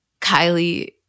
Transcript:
Kylie